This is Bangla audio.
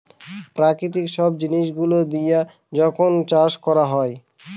প্রাকৃতিক সব জিনিস গুলো দিয়া যখন চাষ করা হয়